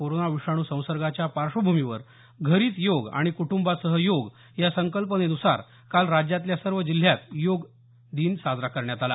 corona विषाणू संसर्गाच्या पार्श्वभूमीवर घरीच योग आणि कुटुंबासह योग या संकल्पनेनुसार काल राज्यातल्या सर्व जिल्ह्यात योग साजरा करण्यात आला